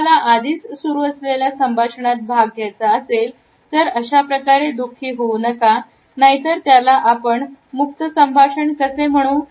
तुम्हाला आधीच सुरू असलेल्या संभाषणात भाग घ्यायचा असेल तर अशाप्रकारे दुखी होऊ नका नाहीतर त्याला आपण मुक्त संभाषण कसे म्हणू